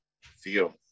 feel